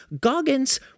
Goggins